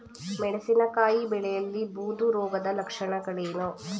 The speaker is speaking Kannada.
ಮೆಣಸಿನಕಾಯಿ ಬೆಳೆಯಲ್ಲಿ ಬೂದು ರೋಗದ ಲಕ್ಷಣಗಳೇನು?